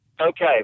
Okay